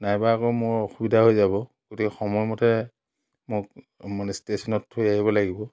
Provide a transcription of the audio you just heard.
নাইবা আকৌ মোৰ অসুবিধা হৈ যাব গতিকে সময়মতে মোক মানে ষ্টেচনত থৈ আহিব লাগিব